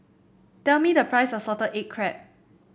tell me the price of Salted Egg Crab